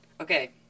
Okay